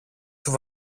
του